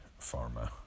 pharma